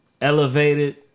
elevated